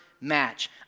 match